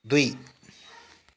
दुई